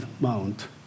Mount